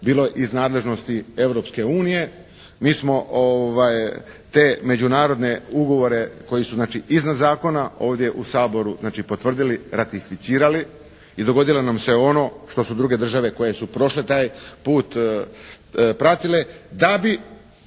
bilo iz nadležnosti Europske unije. Mi smo te međunarodne ugovore koji su znači iznad zakona ovdje u Saboru znači potvrdili, ratificirali i dogodilo nam se ono što su druge države koje su prošle taj put pratile, da bi